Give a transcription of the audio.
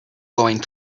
going